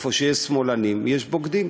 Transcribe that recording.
איפה שיש שמאלנים יש בוגדים,